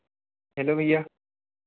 hello भैया